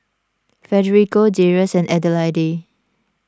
Federico Darrius and Adelaide